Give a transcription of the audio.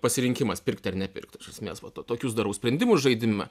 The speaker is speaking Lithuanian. pasirinkimas pirkti ar nepirkti iš esmės va to tokius darau sprendimus žaidime